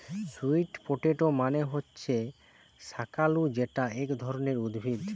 sweet potato মানে হচ্ছে শাকালু যেটা এক ধরণের উদ্ভিদ